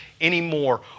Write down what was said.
anymore